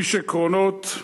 איש עקרונות,